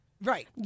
Right